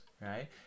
right